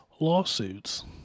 lawsuits